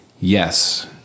yes